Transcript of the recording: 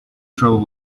trouble